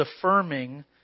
affirming